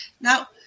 now